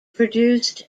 produced